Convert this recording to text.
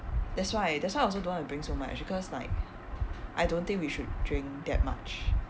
that's why that's why I also don't want to bring so much because like I don't think we should drink that much